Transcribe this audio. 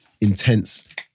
intense